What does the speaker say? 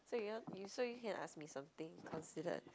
so you know so you can ask me something considered